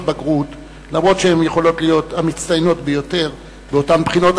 בגרות אף שהן יכולות להיות המצטיינות ביותר באותן בחינות,